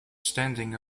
standing